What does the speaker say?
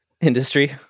industry